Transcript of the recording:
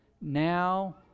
Now